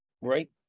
right